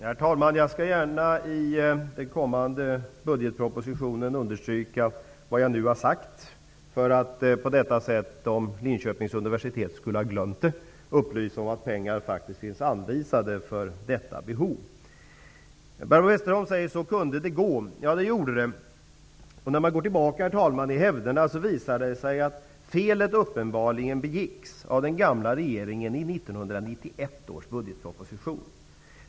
Herr talman! Jag skall gärna i den kommande budgetpropositionen understryka vad jag nu har sagt för att på detta sätt, om Linköpings universitet skulle ha glömt det, upplysa om att pengar faktiskt finns anvisade för detta behov. Barbro Westerholm sade: Så kunde det gå. Ja, det gjorde det. När man går tillbaka i hävderna, visar det sig att felet uppenbarligen begicks av den gamla regeringen i 1991 års budgetproposition.